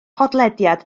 podlediad